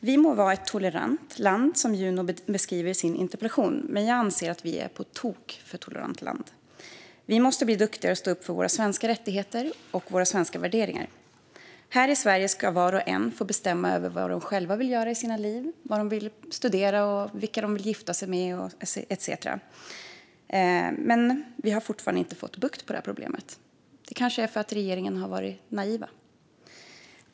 Vi må vara ett tolerant land, som Juno beskriver i sin interpellation, men jag anser att vi är ett på tok för tolerant land. Vi måste bli duktigare på att stå upp för våra svenska rättigheter och våra svenska värderingar. Här i Sverige ska var och en själv få bestämma över vad den vill göra i sitt liv, var man vill studera, vilken man vill gifta sig med etcetera. Men vi har fortfarande inte fått bukt med problemet. Det kanske är för att regeringen har varit naiv.